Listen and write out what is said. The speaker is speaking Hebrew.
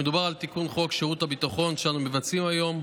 מדובר על תיקון חוק שאנחנו מבצעים היום,